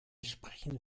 sprechen